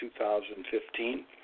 2015